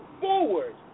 forward